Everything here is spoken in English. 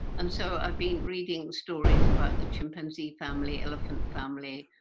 and so i've been reading stories about the chimpanzee family, elephant family,